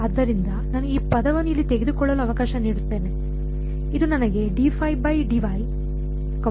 ಆದ್ದರಿಂದ ನಾನು ಈ ಪದವನ್ನು ಇಲ್ಲಿ ತೆಗೆದುಕೊಳ್ಳಲು ಅವಕಾಶ ನೀಡುತ್ತೇನೆ ಇದು ನನಗೆ ಅನ್ನು ನೀಡಲಿದೆ